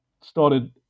started